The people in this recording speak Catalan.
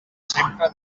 sempre